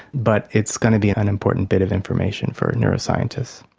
but it's going to be an an important bit of information for neuroscientists.